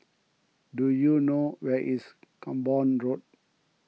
do you know where is Camborne Road